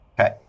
Okay